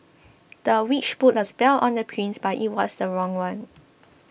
the witch put a spell on the prince but it was the wrong one